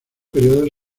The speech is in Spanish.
períodos